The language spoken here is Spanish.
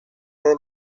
del